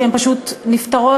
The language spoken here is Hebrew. שהם נפטרים,